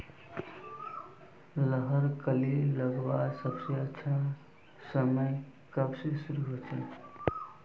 लहर कली लगवार सबसे अच्छा समय कब से शुरू होचए?